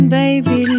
baby